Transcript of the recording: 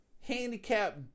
handicap